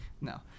No